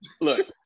Look